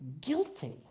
guilty